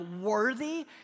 worthy